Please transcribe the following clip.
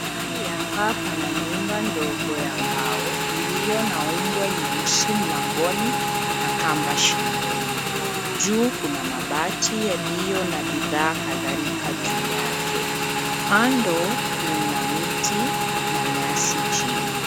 Hali hapa pana nyumba ndogo ya mbao iliyo na mbwa nyeusi mlangoni na kamba shingoni. Juu kuna mabati yaliyo na bidhaa kadhalika juu yake. Kando kuna miti na nyasi chini.